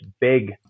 big